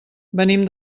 venim